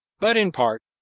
but in part,